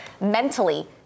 mentally